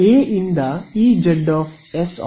A ಇಂದ Z S A